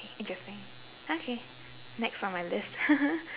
interesting okay next on my list